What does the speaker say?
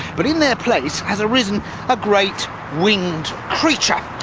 but in their place has arisen a great winged creature.